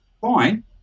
fine